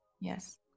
yes